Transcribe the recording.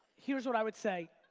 here's what i would say.